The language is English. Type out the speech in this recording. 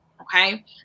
okay